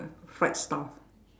fried stuff